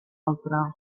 altra